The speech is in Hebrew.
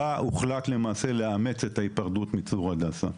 בה הוחלט לאמץ את ההיפרדות מצור הדסה.